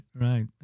right